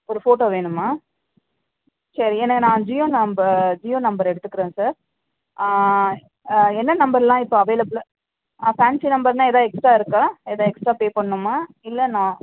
ஒரு ஃபோட்டோ வேணுமா சரி எனக்கு நான் ஜியோ நம்பர் ஜியோ நம்பரை எடுத்துக்கிறேன் சார் என்ன நம்பரெலாம் இப்போ அவைளபுலு ஆ ஃபேன்ஸி நம்பர்னால் ஏதாவது எக்ஸ்ட்டா இருக்கா ஏதாவது எக்ஸ்ட்டா பே பண்ணுமா இல்லை நா